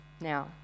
now